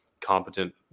competent